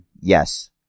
Yes